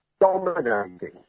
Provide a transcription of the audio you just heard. dominating